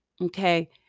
Okay